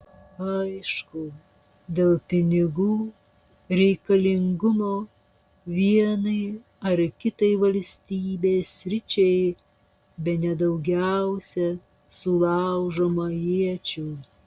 aišku dėl pinigų reikalingumo vienai ar kitai valstybės sričiai bene daugiausiai sulaužoma iečių